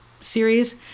series